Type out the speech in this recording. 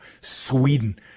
Sweden